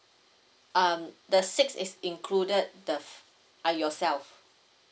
um the six is included the are yourself